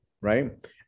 Right